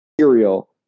cereal